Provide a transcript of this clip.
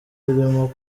ibirimo